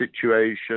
situation